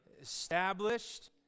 established